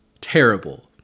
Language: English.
Terrible